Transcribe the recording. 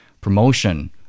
promotion